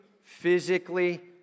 physically